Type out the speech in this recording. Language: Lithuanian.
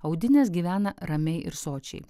audinės gyvena ramiai ir sočiai